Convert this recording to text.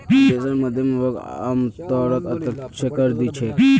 देशेर मध्यम वर्ग आमतौरत अप्रत्यक्ष कर दि छेक